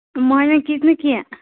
موہنوٮ۪ن کِتھ نہٕ کینٛہہ